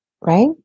Right